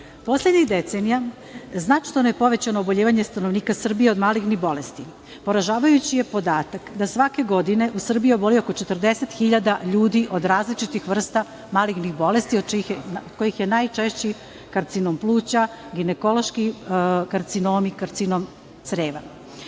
decenija značajno je povećano obolevanje stanovnika Srbije od malignih bolesti. Poražavajući je podatak da svake godine u Srbiji oboli oko 40.000 ljudi od različitih vrsta malignih bolesti, od kojih je najčešći karcinom pluća, ginekološki karcinomi, karcinom creva.